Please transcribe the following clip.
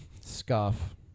Scuff